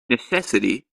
necessity